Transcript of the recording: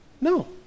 No